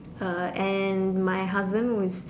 uh and my husband who's